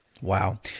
Wow